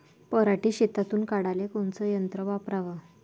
पराटी शेतातुन काढाले कोनचं यंत्र वापराव?